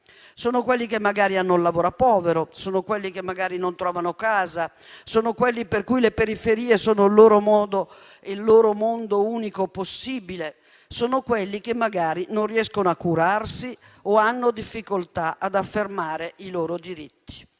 Sono quelli che magari hanno un lavoro povero, quelli che magari non trovano casa, quelli per cui le periferie sono l'unico mondo possibile, quelli che magari non riescono a curarsi o hanno difficoltà ad affermare i loro diritti.